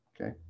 Okay